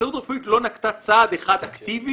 ההסתדרות הרפואית לא נקטה צעד אחד אקטיבי